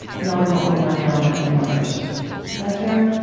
knowing what we know now about the universe. is that fair?